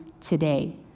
today